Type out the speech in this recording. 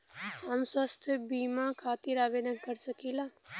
हम स्वास्थ्य बीमा खातिर आवेदन कर सकीला?